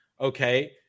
okay